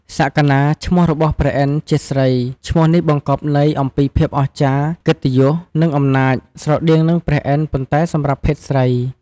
សក្កណា ឈ្មោះរបស់ព្រះឥន្ទ្រិយ៍ជាស្រី ឈ្មោះនេះបង្កប់ន័យអំពីភាពអស្ចារ្យ កិត្តិយស និងអំណាច ស្រដៀងនឹងព្រះឥន្ទ្រ ប៉ុន្តែសម្រាប់ភេទស្រី។